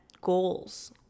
goals